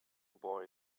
boy